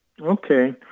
Okay